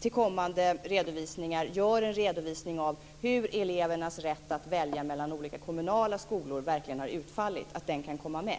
till kommande redovisningar gör en redovisning av hur elevernas rätt att välja mellan olika kommunala skolor verkligen har utfallit? Kan detta komma med?